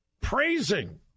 praising